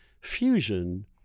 fusion